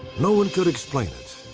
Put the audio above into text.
no one could explain it,